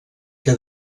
que